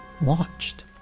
watched